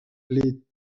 les